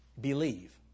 believe